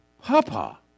Papa